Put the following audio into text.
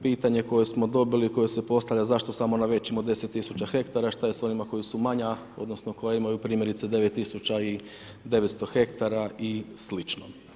Pitanje koje smo dobili, koje se postavlja zašto samo na većim od 10 tisuća hektara, šta je s ovima koji su manja odnosno koja imaju primjerice 9900 hektara i sl.